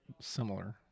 similar